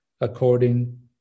according